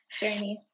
journey